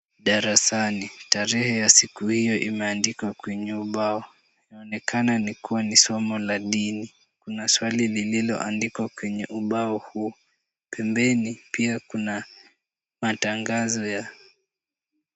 Darasani tarehe ya siku hiyo imeandikwa kwenye ubao, inaonekana ni kuwa ni somo la dini, kuna swali lililoandikwa kwenye ubao huo. Pembeni pia kuna matangazo ya..